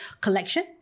collection